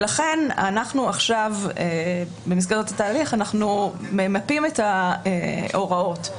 ולכן עכשיו במסגרת התהליך אנחנו ממפים את ההוראות.